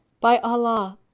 by allah,